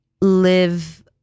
live